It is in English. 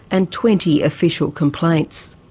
and twenty official complaints.